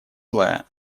злая